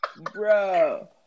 Bro